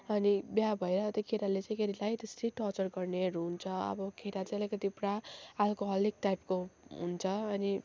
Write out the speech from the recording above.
अनि बिहे भएर त्यो केटाले चाहिँ केटीलाई त्यसै टर्चरहरू गर्ने हुन्छ अब केटा चाहिँ अलिकति पुरा एलकहलिक टाइपको हुन्छ अनि